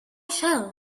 shall